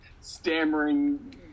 stammering